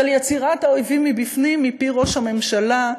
של יצירת אויבים מבפנים, מפי ראש הממשלה.